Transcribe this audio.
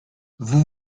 vous